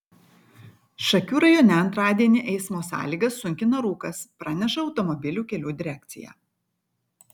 šakių rajone antradienį eismo sąlygas sunkina rūkas praneša automobilių kelių direkcija